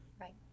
right